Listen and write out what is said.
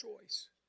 choice